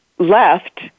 left